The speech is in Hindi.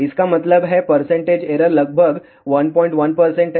इसका मतलब है परसेंटेज एरर लगभग 11 है